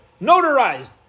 notarized